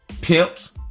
Pimps